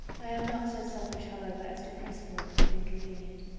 i am not so selfish, however, as to press for it, if inconvenient.